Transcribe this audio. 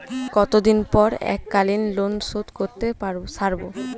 কতদিন পর এককালিন লোনশোধ করতে সারব?